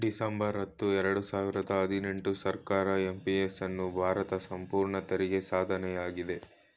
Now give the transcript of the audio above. December ಹತ್ತು ಎರಡು ಸಾವಿರ ಹದಿನೆಂಟು ಸರ್ಕಾರ ಎಂ.ಪಿ.ಎಸ್ ಅನ್ನು ಭಾರತ ಸಂಪೂರ್ಣ ತೆರಿಗೆ ಸಾಧನೆಯಾಗಿದೆ